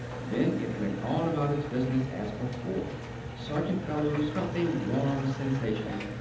then it went on about its business as before sergeant bellews felt a warm sensation.